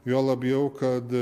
juo labiau kad